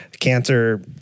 cancer